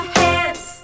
hands